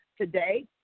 today